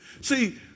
See